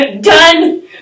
Done